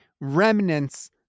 remnants